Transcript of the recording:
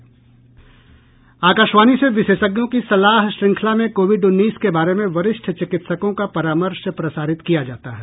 आकाशवाणी से विशेषज्ञों की सलाह श्रृंखला में कोविड उन्नीस के बारे में वरिष्ठ चिकित्सकों का परामर्श प्रसारित किया जाता है